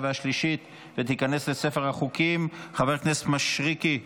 תשעה בעד, אין מתנגדים, אין נמנעים.